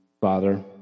Father